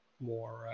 more